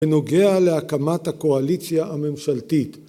‫בנוגע להקמת הקואליציה הממשלתית.